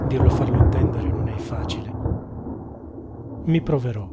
e farlo intendere non è facile i proverò